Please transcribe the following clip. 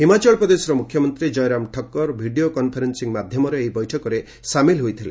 ହିମାଚଳ ପ୍ରଦେଶର ମୁଖ୍ୟମନ୍ତ୍ରୀ Jairam Thakur video conferencing ମାଧ୍ୟମରେ ଏହି ବୈଠକରେ ସାମିଲ ହୋଇଥିଲେ